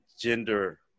gender